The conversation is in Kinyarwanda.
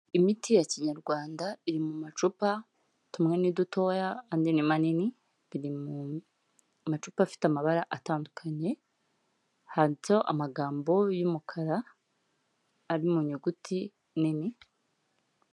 Imiti ya kinyarwanda iri mu macupa, tumwe ni dutoya andi n' manini biri mu macupa afite amabara atandukanye. Handitseho amagambo y'umukara ari mu nyuguti nini.